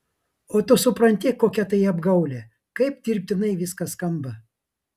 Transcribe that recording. o tu supranti kokia tai apgaulė kaip dirbtinai viskas skamba